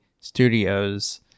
studios